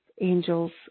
angels